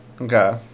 okay